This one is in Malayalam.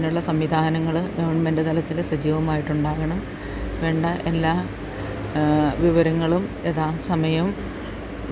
അതിനുള്ള സംവിധാനങ്ങൾ ഗെവൺമെൻറ്റ് തലത്തിൽ സജീവമായിട്ട് ഉണ്ടാകണം വേണ്ട എല്ലാ വിവരങ്ങളും യധാ സമയവും